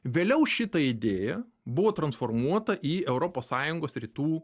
vėliau šita idėja buvo transformuota į europos sąjungos rytų